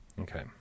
Okay